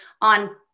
on